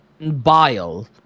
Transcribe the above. bile